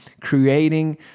creating